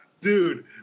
dude